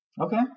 okay